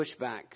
pushback